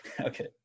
Okay